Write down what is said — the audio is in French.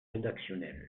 rédactionnel